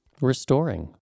restoring